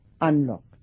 unlocked